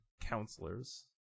counselors